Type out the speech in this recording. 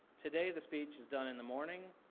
today, the speech is done in the morning.